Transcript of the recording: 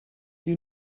you